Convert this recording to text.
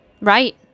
Right